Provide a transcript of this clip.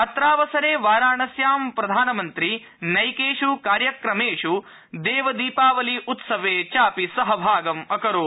अत्रावसरे वाराणस्यां प्रधानमन्त्री नैकेष कार्यक्रमेष् देवदीपावलि उत्सवे चापि सहभागं अकरोत्